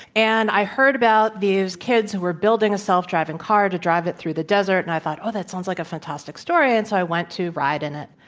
and i heard about these kids who were building a self-driving car to drive it through the desert and i thought oh, that sounds like a fantastic story, and so i went to ride in it.